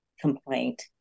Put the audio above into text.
complaint